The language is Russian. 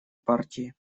партии